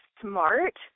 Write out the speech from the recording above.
smart